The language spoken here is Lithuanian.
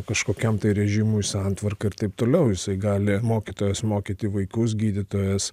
kažkokiam tai režimui santvarkai ir taip toliau jisai gali mokytojas mokyti vaikus gydytojas